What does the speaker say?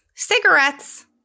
Cigarettes